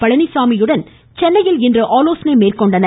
பழனிச்சாமியுடன் சென்னையில் இன்று ஆலோசனை மேற்கொண்டனர்